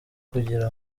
kugira